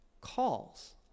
calls